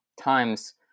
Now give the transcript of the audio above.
times